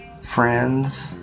friends